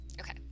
Okay